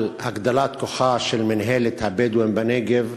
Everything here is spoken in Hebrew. על הגדלת כוחה של מינהלת הבדואים בנגב,